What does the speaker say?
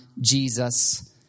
Jesus